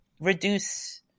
reduce